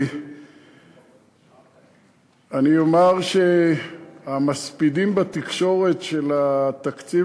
אני אומר שהמספידים בתקשורת את התקציב